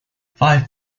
five